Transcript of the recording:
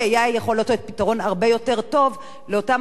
לתת פתרון הרבה יותר טוב לאותם אנשים,